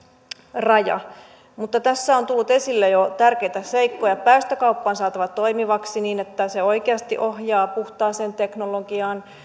raja tässä on tullut esille jo tärkeitä seikkoja päästökauppa on saatava toimivaksi niin että se oikeasti ohjaa puhtaaseen teknologiaan